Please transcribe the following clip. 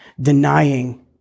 denying